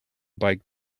bike